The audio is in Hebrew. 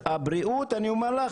הבריאות, אני אומר לך,